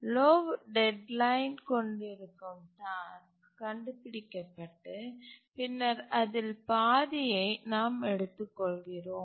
low deadline கொண்டிருக்கும் task கண்டுபிடிக்கப்பட்டு பின்னர் அதில் பாதியை நாம் எடுத்துக்கொள்கிறோம்